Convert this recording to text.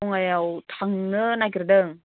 बङाइगावआव थांनो नागिरदों